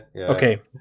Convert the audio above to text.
Okay